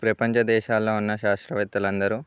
ప్రపంచ దేశాల్లో ఉన్న శాస్త్రవేత్తలు అందరూ